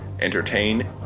entertain